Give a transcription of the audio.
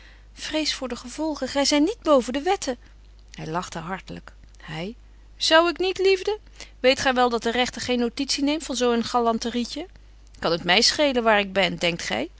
vrees voor de gevolgen gy zyt niet boven de wetten hy lachte hartlyk hy zou ik niet liefde weet gy wel dat de rechter geen notitie neemt van zo een galanterietje kan het my schelen waar ik ben denkt gy